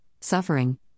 suffering